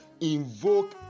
Invoke